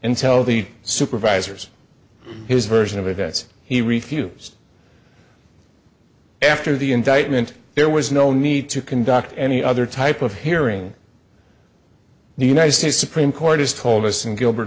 and tell the supervisors his version of events he refused after the indictment there was no need to conduct any other type of hearing the united states supreme court has told us in gilbert